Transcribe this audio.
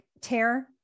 tear